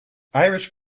irish